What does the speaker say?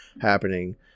happening